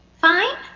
Fine